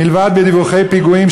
מלבד בדיווחי פיגועים,